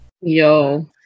yo